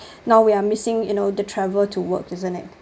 now we are missing you know the travel to work isn't it